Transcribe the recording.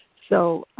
so